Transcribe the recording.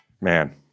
Man